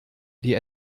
die